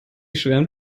schwärmt